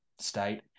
state